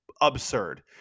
absurd